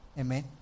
Amen